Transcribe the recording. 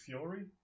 Fury